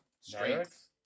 strength